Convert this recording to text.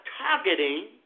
targeting